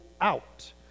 out